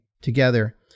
together